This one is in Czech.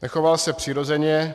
Nechoval se přirozeně.